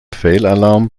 fehlalarm